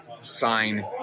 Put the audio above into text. sign